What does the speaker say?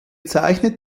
zeichnet